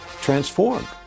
transformed